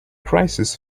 crisis